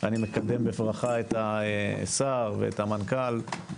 אני מקדם בברכה את השר ואת המנכ"ל.